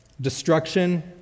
Destruction